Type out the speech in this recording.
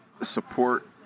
support